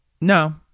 no